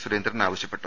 സുരേന്ദ്രൻ ആവശ്യപ്പെട്ടു